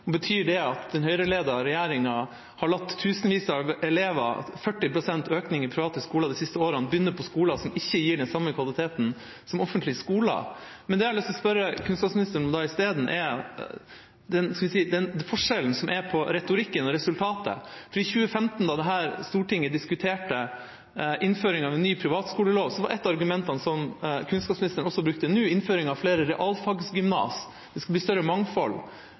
skolen. Betyr det at den Høyre-ledede regjeringa har latt tusenvis av elever – det har vært en 40 pst. økning i antall elever på private skoler de siste årene – begynne på skoler som ikke gir den samme kvaliteten som offentlige skoler? Men det jeg da har lyst til å spørre kunnskapsministeren om i stedet, gjelder forskjellen på retorikken og resultatet. I 2015, da dette stortinget diskuterte innføringen av en ny privatskolelov, var et av argumentene, som kunnskapsministeren også brukte nå, innføring av flere realfagsgymnaser. Det skulle bli et større mangfold.